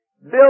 Bill